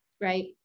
right